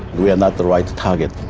we are not the right target.